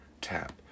tap